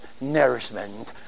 nourishment